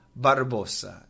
Barbosa